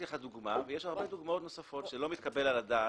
הצגתי כאן דוגמה אבל יש עוד הרבה דוגמאות נוספות שלא מתקבלות על הדעת.